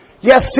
Yes